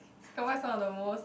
what are some of the most